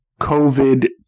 COVID